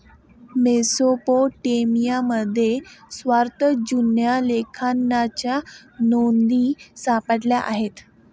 मेसोपोटेमियामध्ये सर्वात जुन्या लेखांकनाच्या नोंदी सापडल्या आहेत